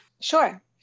Sure